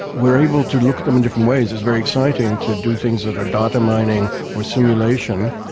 we're able to look at them in different ways. it's very exciting to do things that are data mining or simulation,